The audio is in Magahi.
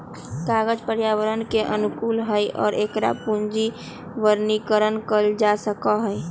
कागज पर्यावरण के अनुकूल हई और एकरा पुनर्नवीनीकरण कइल जा सका हई